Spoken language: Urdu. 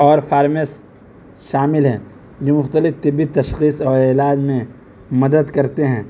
اور فارماز شامل ہیں یوں مختلف طبی تشخیص اور علاج میں مدد کرتے ہیں